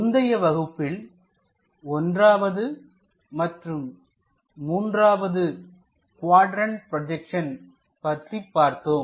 முந்தைய வகுப்பில் 1வது மற்றும் 3 வது குவாட்ரண்ட் ப்ரோஜெக்சன் பற்றி பார்த்தோம்